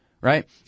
right